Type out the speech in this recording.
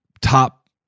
top